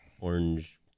orange